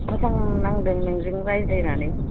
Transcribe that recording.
मोजां नांदों नोंजों रायज्लायनानै